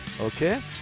Okay